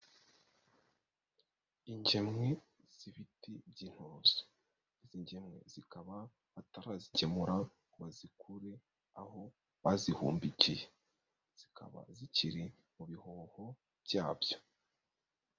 Ingemwe z'ibiti by'inturusu. Izi ngemwe zikaba batarazigemura, ngo bazikure aho bazihumbikiye. Zikaba zikiri mu bihoho byabyo.